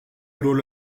rol